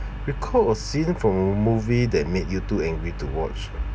recall a scene from a movie that made you too angry to watch ah